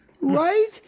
Right